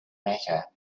matter